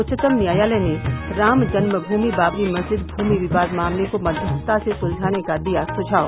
उच्चतम न्यायालय ने राम जन्ममुमि बाबरी मस्जिद भूमि विवाद मामले को मध्यस्थता से सुलझाने का दिया सुझाव